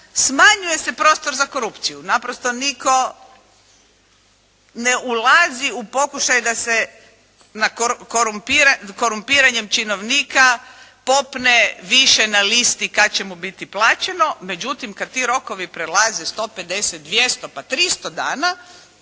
smanjuje se prostor za korupciju, naprosto nitko ne ulazi u pokušaj da se na korumpiranjem činovnika popne više na listi kada će mu biti plaćeno, međutim kada ti rokovi prelaze 150, 200, pa 300 dana,